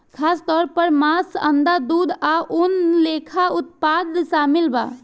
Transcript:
खासतौर पर मांस, अंडा, दूध आ ऊन लेखा उत्पाद शामिल बा